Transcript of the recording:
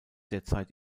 derzeit